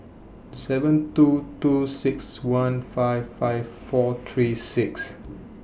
seven two two six one five five four three six